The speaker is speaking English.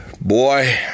Boy